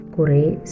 Kure